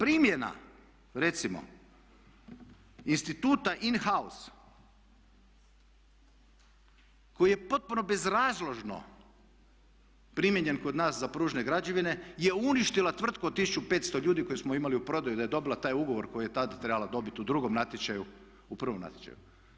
Primjena recimo instituta in house koji je potpuno bezrazložno primijenjen kod nas za pružne građevine je uništila tvrtku od 1500 ljudi koje smo imali u prodaji, da je dobila taj ugovor koji je tada trebala dobiti u drugom natječaju, u prvom natječaju.